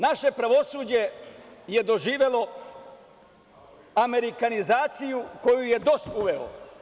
Naše pravosuđe je doživelo amerikanizaciju koju je DOS uveo.